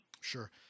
Sure